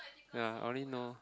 ya I only know